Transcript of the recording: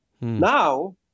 now